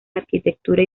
arquitectura